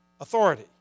authority